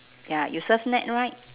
ya you surf net right